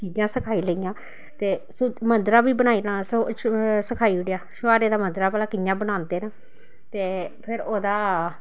चीजां सखाई लेइयां ते सो मद्दरा बी बनाई लैना सो सखाई ओड़ेया छुआरे दा मद्दरा भला कि'यां बनांदे न ते फिर ओहदा